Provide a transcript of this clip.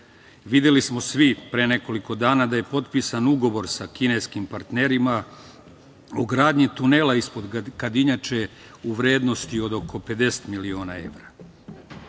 Videli smo svi pre nekoliko dana da je potpisan ugovor sa kineskim partnerima o gradnji tunela ispod Kadinjače u vrednosti od oko 50 miliona evra.